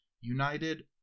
United